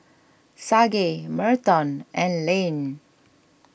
Sage Merton and Layne